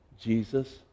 Jesus